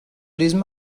diesem